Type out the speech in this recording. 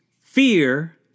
fear